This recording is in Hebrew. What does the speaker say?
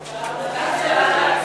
בהצלחה,